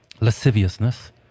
lasciviousness